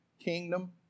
kingdom